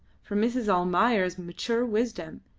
for mrs. almayer's mature wisdom,